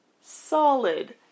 solid